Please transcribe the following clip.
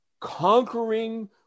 conquering